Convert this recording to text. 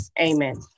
Amen